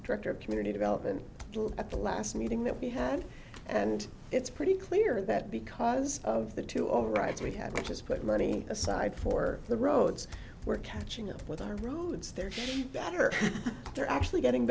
director of community development at the last meeting that we had and it's pretty clear that because of the two overwrites we have just put money aside for the roads we're catching up with our roads they're better they're actually getting